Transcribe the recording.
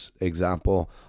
example